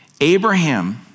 Abraham